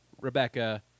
Rebecca